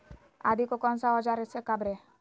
आदि को कौन सा औजार से काबरे?